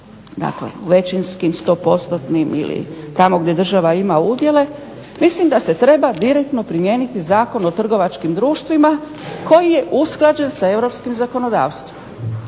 većinskim, 100% ili tamo gdje država ima udjele, mislim da se treba direktno primijeniti zakon o trgovačkim društvima koji je usklađen sa Europskim zakonodavstvom.